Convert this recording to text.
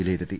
വിലയിരുത്തി